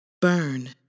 burn